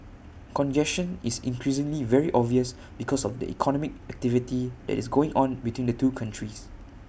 congestion is increasingly very obvious because of the economic activity that is going on between the two countries